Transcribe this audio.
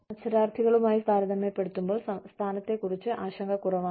മത്സരാർത്ഥികളുമായി താരതമ്യപ്പെടുത്തുമ്പോൾ സ്ഥാനത്തെക്കുറിച്ച് ആശങ്ക കുറവാണ്